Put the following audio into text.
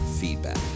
feedback